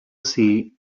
see